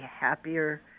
happier